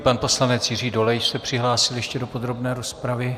Pan poslanec Jiří Dolejš se přihlásil ještě do podrobné rozpravy.